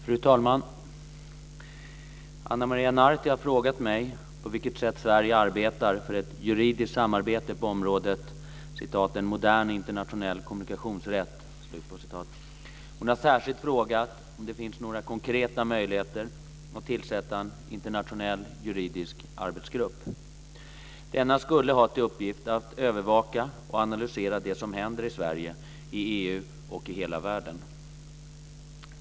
Fru talman! Ana Maria Narti har frågat mig på vilket sätt Sverige arbetar för ett juridiskt samarbete på området "en modern internationell kommunikationsrätt". Hon har särskilt frågat om det finns några konkreta möjligheter att tillsätta en internationell juridisk arbetsgrupp. Denna skulle ha till uppgift att övervaka och analysera det som händer i Sverige, i EU och i hela världen.